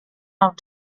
out